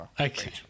Okay